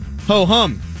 Ho-hum